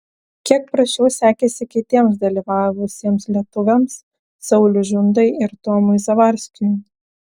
kiek prasčiau sekėsi kitiems dalyvavusiems lietuviams sauliui žundai ir tomui zavarskiui